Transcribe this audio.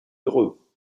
heureux